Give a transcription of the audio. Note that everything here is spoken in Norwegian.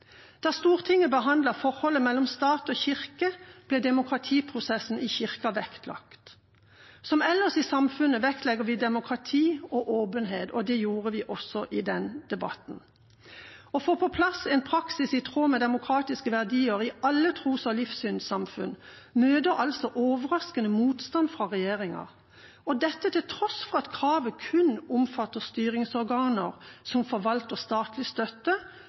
Da Stortinget behandlet forholdet mellom stat og kirke, ble demokratiprosessen i Kirken vektlagt. Som ellers i samfunnet vektlegger vi demokrati og åpenhet – og det gjorde vi også i den debatten. Å få på plass en praksis i tråd med demokratiske verdier i alle tros- og livssynssamfunn møter overraskende motstand fra regjeringa – dette til tross for at kravet kun omfatter styringsorganer som forvalter statlig støtte,